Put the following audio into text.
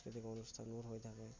সাংস্কৃতিক অনুষ্ঠানো হৈ থাকে